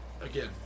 again